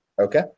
Okay